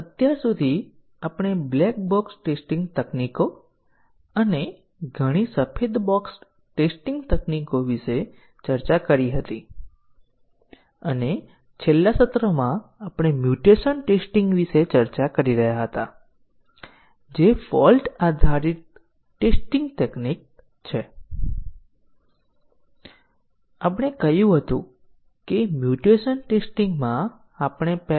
અત્યાર સુધી આપણે ટેસ્ટીંગ પર કેટલાક બેઝીક ખ્યાલો જોયા હતા અને પછી આપણે બ્લેક બોક્સ ટેસ્ટીંગ વિવિધ બ્લેક બોક્સ ટેસ્ટીંગ ટેકનીકો અને પછી આપણે કેટલીક સફેદ બોક્સ ટેસ્ટીંગ ટેકનીકો પર જોયું હતું અને આપણે કહ્યું હતું કે સફેદ બોક્સ મુખ્યત્વે બે પ્રકારના હોય છે